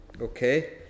Okay